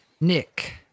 Nick